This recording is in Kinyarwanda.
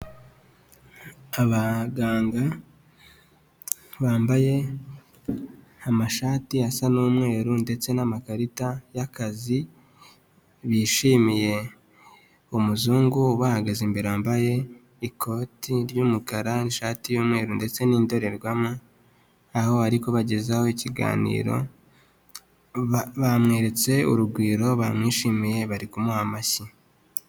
Abaganga bambaye amashati asa n'umweru, ndetse n'amakarita y'akazi, bishimiye umuzungu ubahagaze imbere wambaye ikoti ry'umukara n'ishati y'umweru ndetse n'indorerwamo, aho bari kubagezaho ikiganiro, bamweretse urugwiro, bamwishimiye, bari kumuha amashyi.